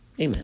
Amen